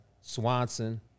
Swanson